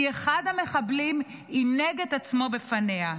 כי אחד המחבלים עינג את עצמו בפניה.